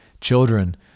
children